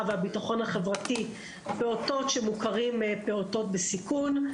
והביטחון החברתי פעוטות שמוכרים פעוטות בסיכון.